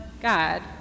God